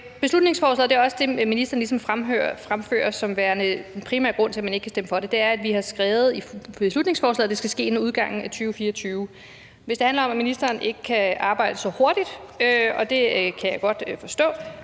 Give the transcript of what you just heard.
beslutningsforslaget – og det er også det, ministeren ligesom fremfører som den primære grund til, at man ikke kan stemme for det – har vi skrevet, at det skal ske ved udgangen af 2024. Hvis det handler om, at ministeren ikke kan arbejde så hurtigt, og det kan jeg godt forstå,